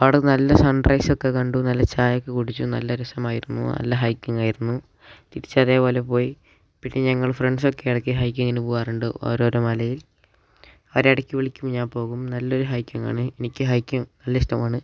അവിടെ നല്ല സൺറൈസൊക്കെ കണ്ടു നല്ല ചായയൊക്കെ കുടിച്ചു നല്ല രസമായിരുന്നു നല്ല ഹൈക്കിങ്ങ് ആയിരുന്നു തിരിച്ചു അതേപോലെ പോയി പിന്നെ ഞങ്ങൾ ഫ്രണ്ട്സൊക്കെ ഇടയ്ക്ക് ഹൈക്കിങ്ങിന് പോവാറുണ്ട് ഓരോരോ മലയിൽ അവർ ഇടയ്ക്ക് വിളിക്കുമ്പം ഞാൻ പോകും നല്ല ഒരു ഹൈക്കിങ്ങ് ആണ് എനിക്ക് ഹൈക്കിങ്ങ് നല്ല ഇഷ്ടമാണ്